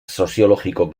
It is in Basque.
soziologiko